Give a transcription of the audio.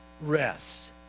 rest